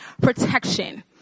protection